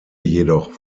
jedoch